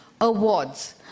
awards